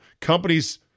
Companies